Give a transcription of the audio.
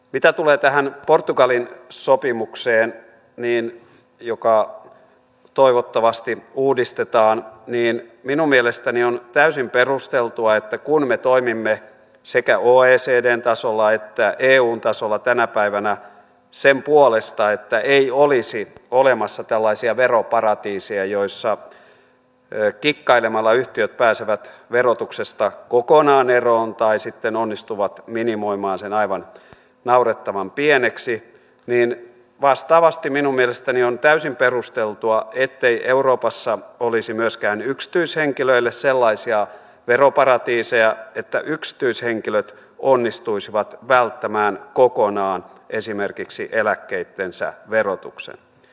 mitä tulee tähän portugalin sopimukseen joka toivottavasti uudistetaan niin minun mielestäni on täysin perusteltua että kun me toimimme sekä oecdn tasolla että eun tasolla tänä päivänä sen puolesta että ei olisi olemassa tällaisia veroparatiiseja joissa kikkailemalla yhtiöt pääsevät verotuksesta kokonaan eroon tai sitten onnistuvat minimoimaan sen aivan naurettavan pieneksi niin vastaavasti on täysin perusteltua ettei euroopassa olisi myöskään yksityishenkilöille sellaisia veroparatiiseja että yksityishenkilöt onnistuisivat välttämään kokonaan esimerkiksi eläkkeittensä verotuksen